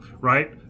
right